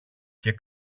και